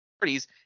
parties